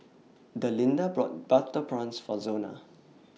Delinda brought Butter Prawns For Zona